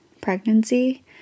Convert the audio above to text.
pregnancy